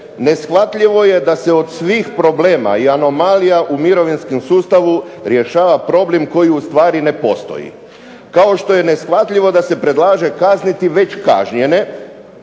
neshvatljivo je da se od svih problema i anomalija u mirovinskom sustavu rješava problem koji ustvari ne postoji. Kao što je neshvatljivo da se predlaže kazniti već kažnjene,